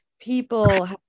people